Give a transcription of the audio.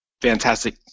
fantastic